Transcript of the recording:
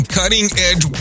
cutting-edge